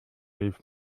rief